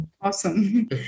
Awesome